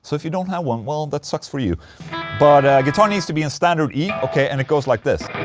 so if you don't have one. well that sucks for you but. guitar needs to be in standard e, ok? and it goes like this.